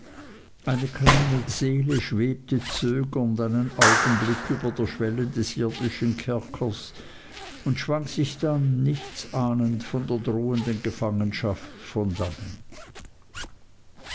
eine kleine seele schwebte zögernd einen augenblick über der schwelle des irdischen kerkers und schwang sich dann nichts ahnend von der drohenden gefangenschaft von dannen